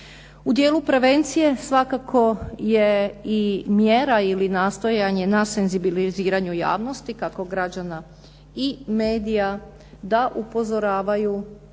U dijelu prevencije svakako je i mjera ili nastojanje na senzibiliziranju javnosti, kako građana i medija da upozoravaju